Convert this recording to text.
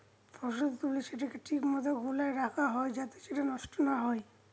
ফসল তুলে সেটাকে ঠিক মতো গোলায় রাখা হয় যাতে সেটা নষ্ট না হয়